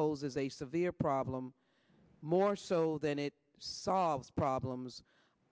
poses a severe problem more so than it solves problems